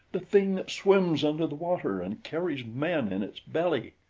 the thing that swims under the water and carries men in its belly!